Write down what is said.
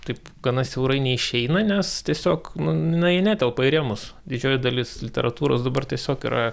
taip gana siaurai neišeina nes tiesiog nu jie netelpa į rėmus didžioji dalis literatūros dabar tiesiog yra